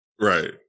Right